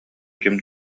ким